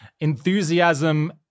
enthusiasm